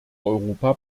europa